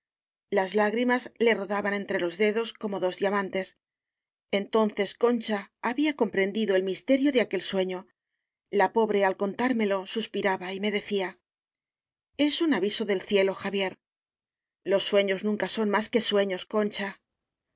las lágrimas te roda ban entre los dedos como dos diamantes en tonces concha había comprendido el miste rio de aquel sueño la pobre al contármelo suspiraba y me decía es un aviso del cielo xavier los sueños nunca son más que sueños concha